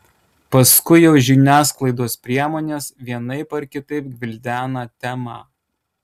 paskui jau žiniasklaidos priemonės vienaip ar kitaip gvildena temą